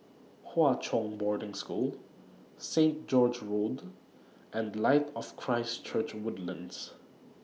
Hwa Chong Boarding School Saint George's Road and Light of Christ Church Woodlands